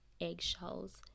eggshells